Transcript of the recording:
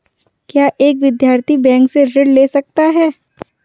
क्या एक विद्यार्थी बैंक से ऋण ले सकता है?